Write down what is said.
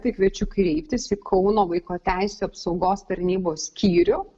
tai kviečiu kreiptis į kauno vaiko teisių apsaugos tarnybos skyrių